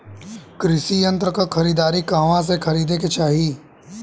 कृषि यंत्र क खरीदारी कहवा से खरीदे के चाही?